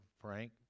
Frank